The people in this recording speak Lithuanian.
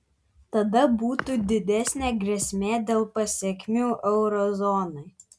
tada būtų didesnė grėsmė dėl pasekmių euro zonai